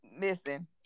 listen